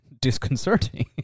disconcerting